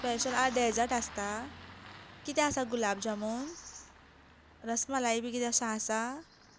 special आज dessert आसता कितें आसा गुलाब जामून रसमलाई बी कितें अशें आसा